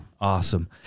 Awesome